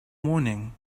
morning